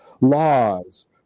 laws